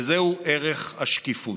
שהוא ערך השקיפות.